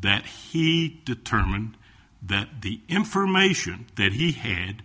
that he determined that the information that he had